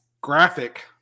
graphic